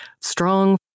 Strong